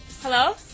Hello